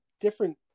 different